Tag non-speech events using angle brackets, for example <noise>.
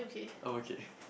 I'm okay <laughs>